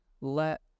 let